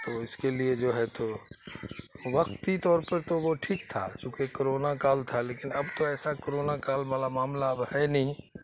تو اس کے لیے جو ہے تو وقتی طور پر تو وہ ٹھیک تھا چونکہ کرونا کال تھا لیکن اب تو ایسا کرونا کال والا معاملہ اب ہے نہیں